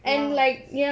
!wow!